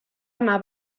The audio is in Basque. ama